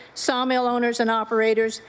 saw mill owners and operators,